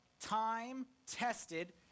time-tested